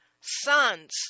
sons